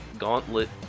Gauntlet